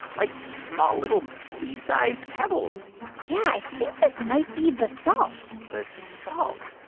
like small little pea-sized pebbles yeah, i think this might be basalt basalt?